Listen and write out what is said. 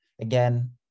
again